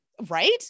Right